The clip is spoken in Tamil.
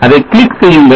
அதை கிளிக் செய்யுங்கள்